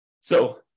So-